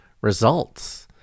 results